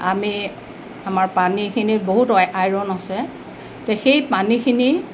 আমি আমাৰ পানীখিনি বহুত আইৰণ আছে তে সেই পানীখিনি